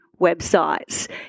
websites